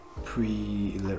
Pre